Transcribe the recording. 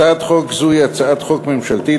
הצעת חוק זו היא הצעת חוק ממשלתית,